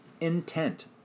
intent